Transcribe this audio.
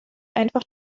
einfach